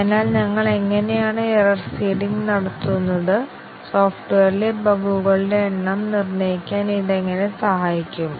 അതിനാൽ ഞങ്ങൾ എങ്ങനെയാണ് എറർ സീഡിംഗ് നടത്തുന്നത് സോഫ്റ്റ്വെയറിലെ ബഗുകളുടെ എണ്ണം നിർണ്ണയിക്കാൻ ഇത് എങ്ങനെ സഹായിക്കും